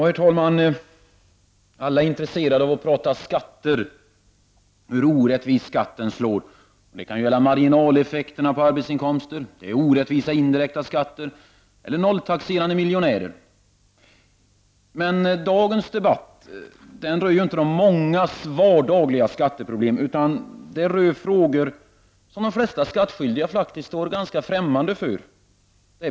Herr talman! Alla är intresserade av att prata om skatter och hur orättvist de kan slå. Det kan gälla marginaleffekterna på arbetsinkomster, orättvisa indirekta skatter eller nolltaxerande miljonärer. Men dagens debatt rör inte de mångas vardagliga skatteproblem, utan den rör frågor som de flesta skattskyldiga faktiskt står ganska främmande inför.